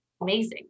Amazing